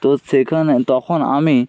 তো সেখানে তখন আমি